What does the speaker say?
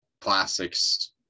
plastics